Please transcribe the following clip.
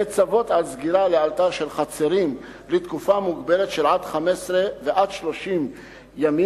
לצוות על סגירה לאלתר של חצרים לתקופות מוגבלות של עד 15 ועד 30 ימים,